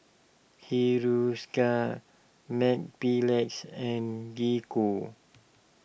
Hiruscar Mepilex and Gingko